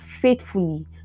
faithfully